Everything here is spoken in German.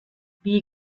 wie